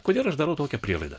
kodėl aš darau tokią prielaidą